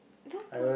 don't pull